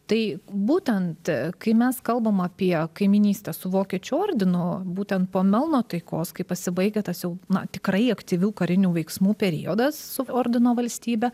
tai būtent kai mes kalbam apie kaimynystę su vokiečių ordinu būtent po melno taikos kai pasibaigia tas jau na tikrai aktyvių karinių veiksmų periodas su ordino valstybe